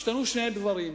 השתנו שני דברים: